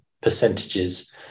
percentages